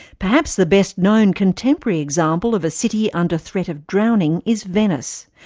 perhaps the best-known contemporary example of a city under threat of drowning is venice,